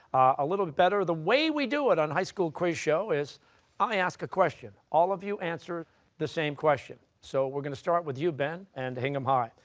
a little better. the way we do it on high school quiz show is i ask a question, all of you answer the same question. so we're going to start with you, ben, and hingham high.